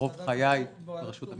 רוב חיי ברשות המסים.